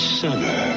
summer